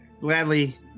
gladly